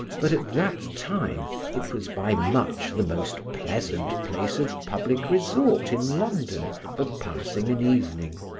but at that time it was by much the most pleasant place of public resort in london for passing an evening.